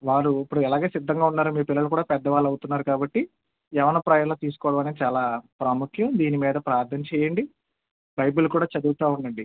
వారు ఇప్పుడు ఎలాగో సిద్దంగా ఉన్నారు మీ పిల్లలు కూడా పెద్దవాళ్ళు అవుతున్నారు కాబట్టి యవ్వనప్రాయంలో తీసుకోవడం అనేది చాలా ప్రాముఖ్యం దీనిమీద ప్రార్ధన చెయ్యండి బైబిల్ కూడా చదువుతూ ఉండండి